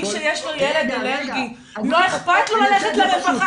מי שיש לו ילד אלרגי לא אכפת לו ללכת לרווחה